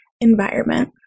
environment